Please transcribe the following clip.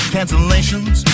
Cancellations